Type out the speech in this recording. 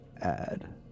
Add